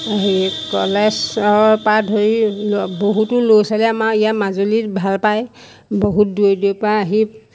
কলেজৰ পৰা ধৰি বহুতো ল'ৰা ছোৱালীয়ে আমাৰ ইয়াৰ মাজুলীত ভাল পায় বহুত দূৰৈ দূৰৈৰ পৰা আহি